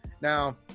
now